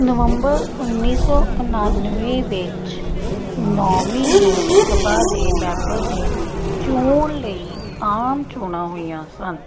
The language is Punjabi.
ਨਵੰਬਰ ਉੱਨੀ ਸੌ ਉਣਾਨਵੇਂ ਵਿੱਚ ਨੌਵੀਂ ਲੋਕ ਸਭਾ ਦੇ ਮੈਂਬਰ ਦੀ ਚੋਣ ਲਈ ਆਮ ਚੋਣਾਂ ਹੋਈਆਂ ਸਨ